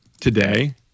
today